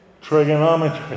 Trigonometry